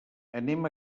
anem